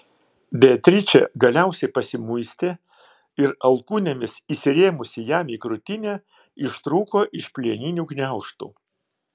beatričė galiausiai pasimuistė ir alkūnėmis įsirėmusi jam į krūtinę ištrūko iš plieninių gniaužtų